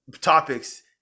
topics